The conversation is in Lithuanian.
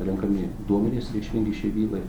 renkami duomenys reikšmingi šiai bylai